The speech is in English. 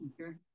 okay